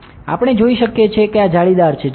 આપણે જોઈ શકીએ છીએ કે આ જાળીદાર છે